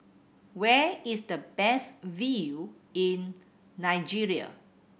where is the best view in Nigeria